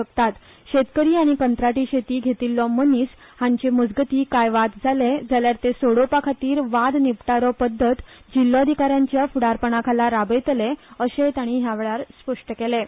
शेतकार आनी कंत्राटी शेती घेतिल्लो मनीस हांचे मजगतीं काय वाद जाले जाल्यार ते सोडोवपा खातीर वाद निपटारो पद्दत जिल्होधिका याच्या फुडारपणा खाला राबयतले अशेंय तांणी ह्या वेळार स्पश्ट केलें